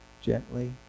gently